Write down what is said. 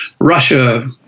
Russia